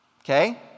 Okay